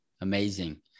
Amazing